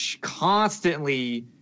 constantly